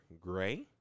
Gray